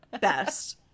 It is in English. best